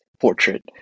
portrait